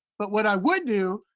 but what i would do,